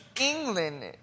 England